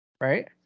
right